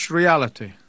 reality